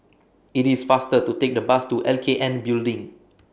IT IS faster to Take The Bus to L K N Building